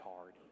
hard